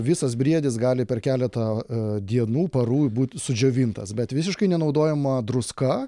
visas briedis gali per keletą dienų parų būt sudžiovintas bet visiškai nenaudojama druska